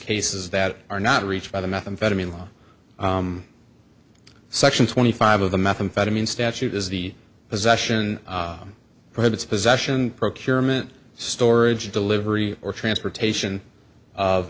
cases that are not reached by the methamphetamine law section twenty five of the methamphetamine statute is the possession prohibits possession procurement storage delivery or transportation of